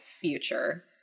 future